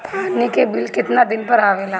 पानी के बिल केतना दिन पर आबे ला?